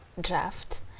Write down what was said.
draft